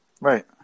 Right